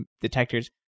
detectors